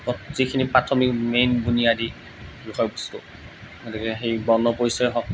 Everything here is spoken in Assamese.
যিখিনি প্ৰাথমিক মেইন বুনিয়াদী বিষয়বস্তু গতিকে সেই বৰ্ণ পৰিচয়ে হওক